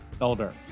Elder